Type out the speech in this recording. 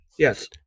Yes